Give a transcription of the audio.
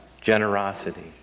Generosity